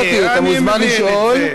אני אמרתי: אתה מוזמן לשאול,